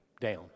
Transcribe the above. down